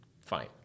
fine